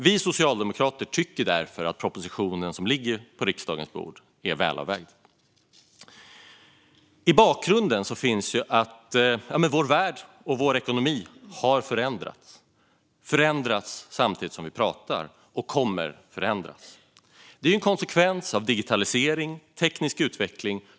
Vi socialdemokrater tycker därför att propositionen som ligger på riksdagens bord är välavvägd. I bakgrunden finns att vår värld och vår ekonomi har förändrats, förändras samtidigt som vi pratar och kommer att förändras som en konsekvens av digitalisering och teknisk utveckling.